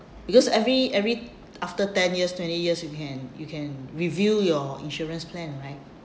because every every after ten years twenty years you can you can review your insurance plan